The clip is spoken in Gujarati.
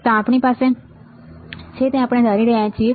આ આપણી પાસે છે તે આપણે ધારી રહ્યા છીએ